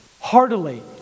heartily